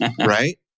right